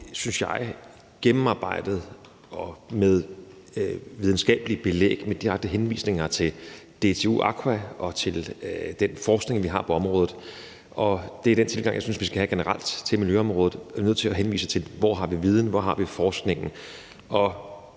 jeg, et gennemarbejdet forslag med videnskabeligt belæg med direkte henvisninger til DTU Aqua og til den forskning, vi har på området. Det er den tilgang, jeg synes vi skal have generelt til miljøområdet. Vi er nødt til at henvise til, hvor vi har viden, og hvor vi